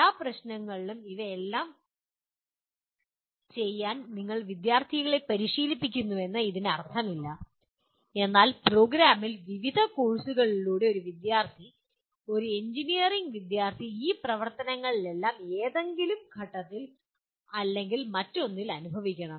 എല്ലാ പ്രശ്നങ്ങളിലും ഇവയെല്ലാം ചെയ്യാൻ നിങ്ങൾ വിദ്യാർത്ഥിയെ പരിശീലിപ്പിക്കുന്നുവെന്ന് ഇതിനർത്ഥമില്ല എന്നാൽ പ്രോഗ്രാമിൽ വിവിധ കോഴ്സുകളിലൂടെ ഒരു വിദ്യാർത്ഥി ഒരു എഞ്ചിനീയറിംഗ് വിദ്യാർത്ഥി ഈ പ്രവർത്തനങ്ങളെല്ലാം ഏതെങ്കിലും ഘട്ടത്തിൽ അല്ലെങ്കിൽ മറ്റൊന്നിൽ അനുഭവിക്കണം